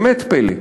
באמת פלא.